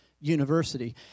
University